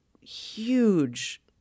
huge